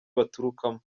baturukamo